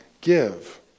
give